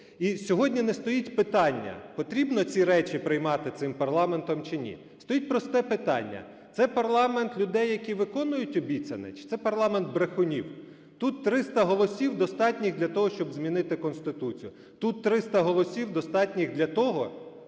І сьогодні не стоїть питання: потрібно ці речі приймати цим парламентом чи ні. Стоїть просте питання6 це парламент людей, які виконують обіцяне, чи це парламент брехунів? Тут 300 голосів достатніх для того, щоб змінити Конституцію. Тут 300 голосів достатніх для того,